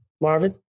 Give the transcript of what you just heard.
Marvin